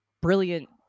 brilliant